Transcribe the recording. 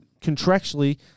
contractually